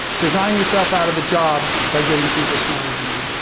design yourself out of a job by getting people smarter than you.